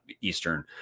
Eastern